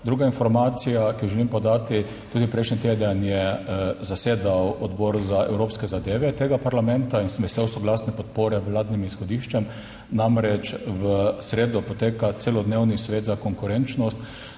Druga informacija, ki jo želim podati. Tudi prejšnji teden je zasedal Odbor za evropske zadeve tega parlamenta in sem vesel soglasne podpore vladnim izhodiščem. Namreč, v sredo poteka celodnevni svet za konkurenčnost.